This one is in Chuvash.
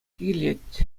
килет